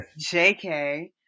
jk